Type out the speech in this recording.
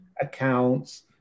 accounts